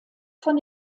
von